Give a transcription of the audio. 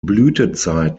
blütezeit